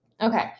Okay